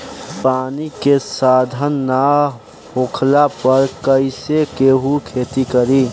पानी के साधन ना होखला पर कईसे केहू खेती करी